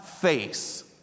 face